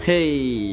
Hey